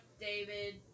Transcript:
David